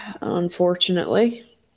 Unfortunately